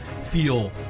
feel